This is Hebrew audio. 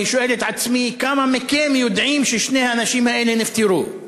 אני שואל את עצמי: כמה מכם יודעים ששני האנשים האלה נפטרו?